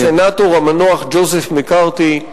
של הסנטור המנוח ג'וזף מקארתי.